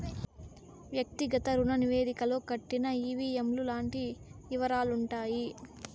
వ్యక్తిగత రుణ నివేదికలో కట్టిన ఈ.వీ.ఎం లు లాంటి యివరాలుంటాయి